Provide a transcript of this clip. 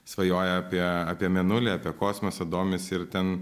svajoja apie apie mėnulį apie kosmosą domisi ir ten